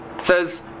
says